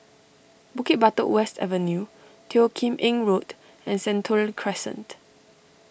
Bukit Batok West Avenue Teo Kim Eng Road and Sentul Crescent